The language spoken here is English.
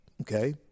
Okay